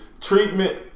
Treatment